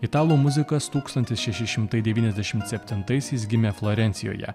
italų muzikas tūkstantis šeši šimtai devyniasdešimt septintaisiais gimė florencijoje